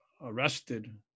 arrested